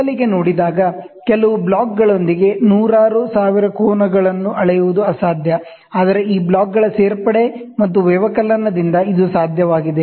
ಮೊದಲಿಗೆ ನೋಡಿದಾಗ ಕೆಲವು ಬ್ಲಾಕ್ಗಳೊಂದಿಗೆ ನೂರಾರು ಸಾವಿರ ಕೋನಗಳನ್ನು ಅಳೆಯುವುದು ಅಸಾಧ್ಯ ಆದರೆ ಈ ಬ್ಲಾಕ್ಗಳ ಸೇರ್ಪಡೆ ಮತ್ತು ತೆಗೆಯುವದರಿಂದ ಇದು ಸಾಧ್ಯವಿದೆ